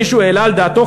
מישהו העלה על דעתו,